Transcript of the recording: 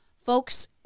Folks